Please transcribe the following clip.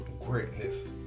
greatness